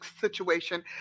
situation